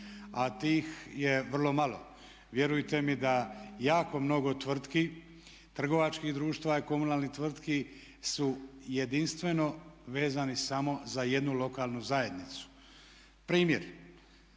A tih je vrlo malo. Vjerujte mi da jako mnogo tvrtki, trgovačkih društava i komunalnih tvrtki su jedinstveno vezani samo za jednu lokalnu zajednicu. Primjer: